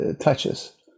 touches